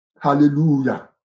Hallelujah